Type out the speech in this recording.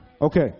Okay